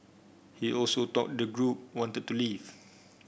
he also thought the group wanted to leave